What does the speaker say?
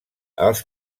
els